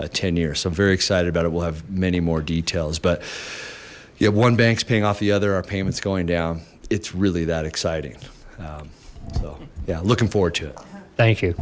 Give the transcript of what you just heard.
a ten year so i'm very excited about it we'll have many more details but you have one banks paying off the other our payments going down it's really that exciting yeah looking forward to it thank you